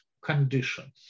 conditions